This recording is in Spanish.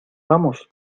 vamos